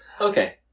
Okay